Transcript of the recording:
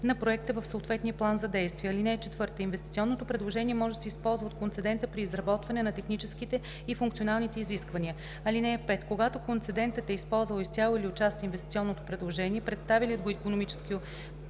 на проекта в съответния план за действие. (4) Инвестиционното предложение може да се използва от концедента при изработване на техническите и функционалните изисквания. (5) Когато концедентът е използвал изцяло или отчасти инвестиционното предложение, представилият го икономически